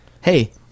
Hey